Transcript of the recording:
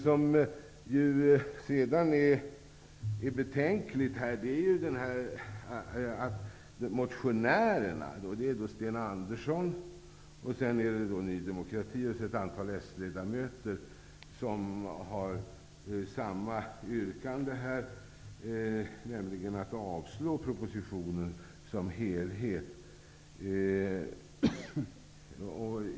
Sten Andersson i Malmö, Ny demokrati och ett antal socialdemokratiska ledamöter har samma yrkande här, nämligen att avslå propositionen i dess helhet.